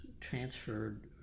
transferred